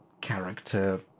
character